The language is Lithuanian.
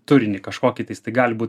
turinį kažkokį tais tai gali būt